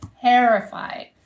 terrified